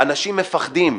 אנשים מפחדים,